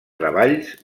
treballs